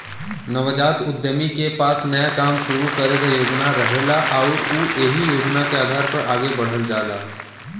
नवजात उद्यमी के पास नया काम शुरू करे क योजना रहेला आउर उ एहि योजना के आधार पर आगे बढ़ल जाला